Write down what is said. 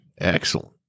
Excellent